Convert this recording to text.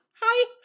Hi